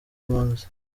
impunzi